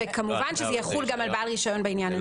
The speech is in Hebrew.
וכמובן שזה יחול גם על בעל רישיון בעניין הזה.